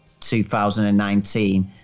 2019